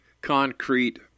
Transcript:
concrete